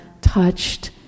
touched